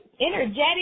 Energetic